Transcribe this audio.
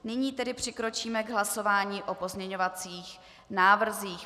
Nyní tedy přikročíme k hlasování o pozměňovacích návrzích.